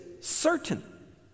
certain